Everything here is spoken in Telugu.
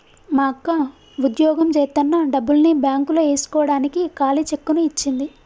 మా అక్క వుద్యోగం జేత్తన్న డబ్బుల్ని బ్యేంకులో యేస్కోడానికి ఖాళీ చెక్కుని ఇచ్చింది